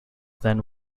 then